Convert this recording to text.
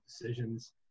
decisions